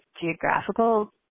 geographical